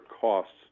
costs